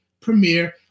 premiere